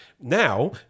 Now